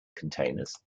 containers